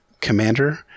commander